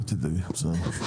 תודה.